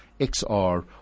XR